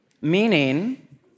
meaning